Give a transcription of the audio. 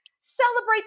celebrate